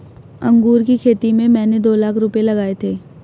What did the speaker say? अंगूर की खेती में मैंने दो लाख रुपए लगाए थे